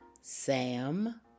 Sam